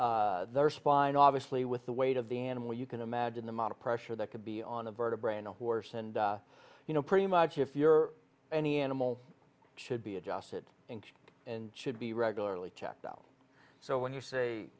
and their spine obviously with the weight of the animal you can imagine the amount of pressure that could be on a vertebrae in a horse and you know pretty much if you're any animal should be adjusted and should be regularly checked out so when you say